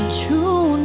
true